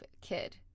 kid